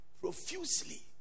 profusely